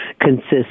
consists